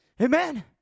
Amen